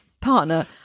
Partner